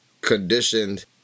conditioned